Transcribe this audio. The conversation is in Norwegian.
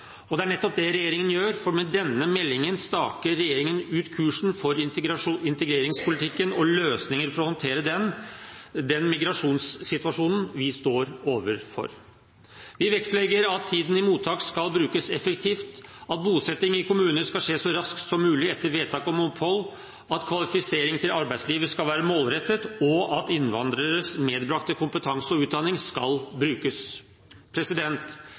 situasjon. Det er nettopp det regjeringen gjør, for med denne meldingen staker regjeringen ut kursen for integreringspolitikken og løsninger for å håndtere den migrasjonssituasjonen vi står overfor. Vi vektlegger at tiden i mottak skal brukes effektivt, at bosetting i kommunene skal skje så raskt som mulig etter vedtak om opphold, at kvalifisering til arbeidslivet skal være målrettet, og at innvandreres medbrakte kompetanse og utdanning skal brukes.